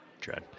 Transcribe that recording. Dread